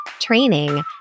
training